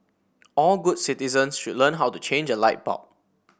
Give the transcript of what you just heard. all good citizens should learn how to change a light bulb